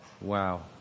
Wow